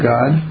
God